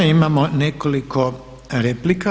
Imamo nekoliko replika.